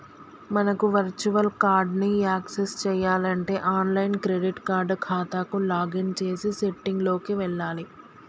మనకు virtual card ని access చేయాలంటే ఆన్లైన్ క్రెడిట్ కార్డ్ ఖాతాకు లాగిన్ చేసి సెట్టింగ్ లోకి వెళ్లాలి